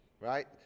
right